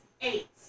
eight